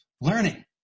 learning